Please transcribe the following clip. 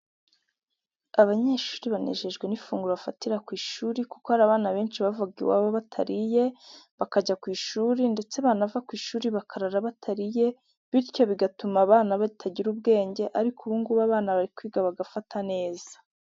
Abanyeshuri banejejwe n'ifunguro bafatira ku ishuri, kuko hari abana benshi bavaga iwabo batariye, bakajya ku ishuri ndetse banava ku ishuri bakarara batariye, bityo bigatuma abana batagira ubwenge ariko ubungubu abana bari kwiga bagafata neza.